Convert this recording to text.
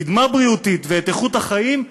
קדמה בריאותית ואת איכות החיים,